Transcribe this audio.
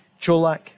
Cholak